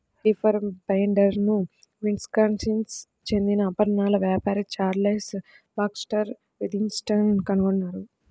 reaper బైండర్ను Wisconsin చెందిన ఆభరణాల వ్యాపారి చార్లెస్ బాక్స్టర్ విథింగ్టన్ కనుగొన్నారు